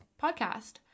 podcast